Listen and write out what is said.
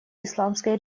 исламской